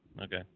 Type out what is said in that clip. Okay